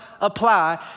apply